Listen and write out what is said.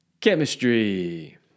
chemistry